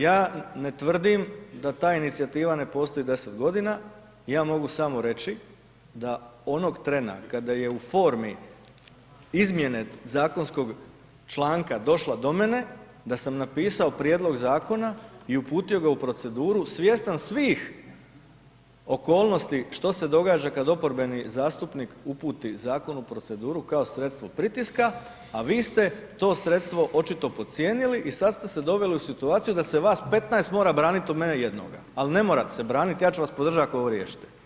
Ja ne tvrdim da ta inicijativa ne postoji 10 g., ja mogu samo reći da onog trena kada je u formi izmjene zakonskog članaka došla do mene, da sam napisao prijedlog zakona i uputio ga u proceduru svjestan svih okolnosti što se događa kada oporbeni zastupnik uputi zakon u proceduru kao sredstvo pritiska a vi ste to sredstvo očito podcijenili i sad ste se doveli u situaciju da se vas 15 mora braniti od mene jednoga, ali ne morate se braniti, ja ću vas podržat ako ovo riješite.